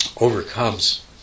overcomes